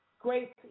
great